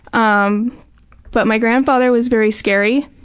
um but my grandfather was very scary.